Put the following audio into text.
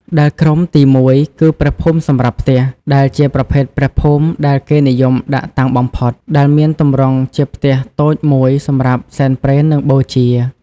ដែលក្រុមទីមួយគឺ ព្រះភូមិសម្រាប់ផ្ទះ ដែលជាប្រភេទព្រះភូមិដែលគេនិយមដាក់តាំងបំផុត ដែលមានទម្រង់ជាផ្ទះតូចមួយសម្រាប់សែនព្រេន និងបូជា។